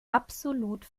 absolut